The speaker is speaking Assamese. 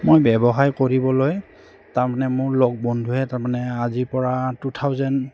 মই ব্যৱসায় কৰিবলৈ তাৰমানে মোৰ লগ বন্ধুৱে তাৰমানে আজিৰপৰা টু থাউজেণ্ড